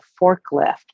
forklift